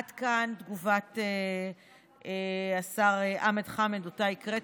עד כאן תגובת השר חמד עמאר, שאותה הקראתי.